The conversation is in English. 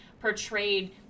portrayed